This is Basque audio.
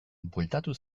bueltatu